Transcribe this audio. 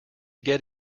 get